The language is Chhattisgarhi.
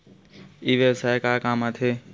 ई व्यवसाय का काम आथे?